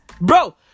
Bro